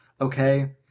Okay